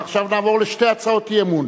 ועכשיו נעבור לשתי הצעות אי-אמון,